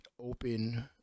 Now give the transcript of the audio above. open